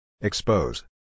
Expose